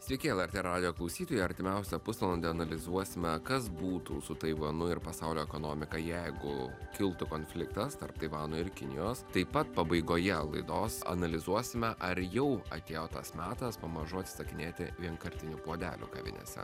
sveiki lrt radijo klausytojai artimiausią pusvalandį analizuosime kas būtų su taivanu ir pasaulio ekonomika jeigu kiltų konfliktas tarp taivano ir kinijos taip pat pabaigoje laidos analizuosime ar jau atėjo tas metas pamažu atsisakinėti vienkartinių puodelių kavinėse